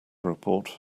report